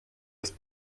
ist